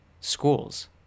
schools